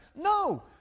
No